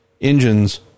engines